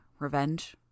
Revenge